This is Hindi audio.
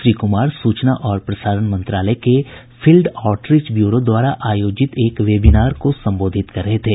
श्री कुमार सूचना और प्रसारण मंत्रालय के फील्ड आउटरीच ब्यूरो द्वारा आयोजित एक वेबिनार को संबोधित कर रहे थे